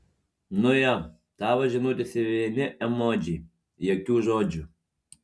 nu jo tavo žinutėse vieni emodžiai jokių žodžių